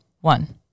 one